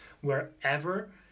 wherever